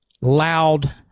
loud